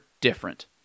different